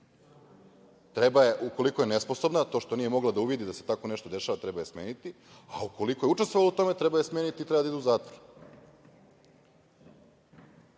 treće. Ukoliko je nesposobna, a to što nije mogla da uvidi da se tako nešto dešava, treba je smeniti, a ukoliko je učestvovala u tome, treba je smeniti i treba da ide u zatvor. Što